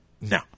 no